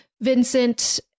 Vincent